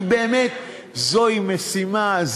כי באמת זוהי משימה,